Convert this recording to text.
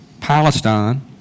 Palestine